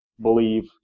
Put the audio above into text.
believe